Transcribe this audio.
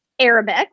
arabic